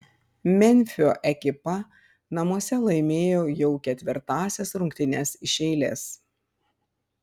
memfio ekipa namuose laimėjo jau ketvirtąsias rungtynes iš eilės